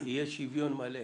יהיה שוויון מלא.